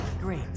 Great